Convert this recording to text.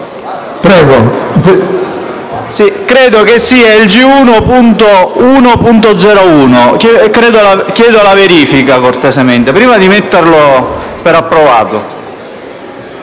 credo che sia il G1.1.01. Chiedo una verifica, cortesemente, prima di darlo per approvato.